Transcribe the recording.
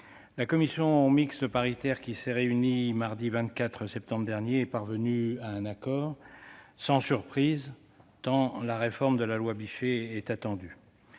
La commission mixte paritaire, qui s'est réunie mardi 24 septembre dernier, est parvenue à un accord, sans surprise tant la réforme de la loi Bichet est attendue.